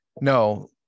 No